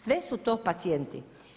Sve su to pacijenti.